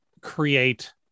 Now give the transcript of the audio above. create